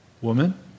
woman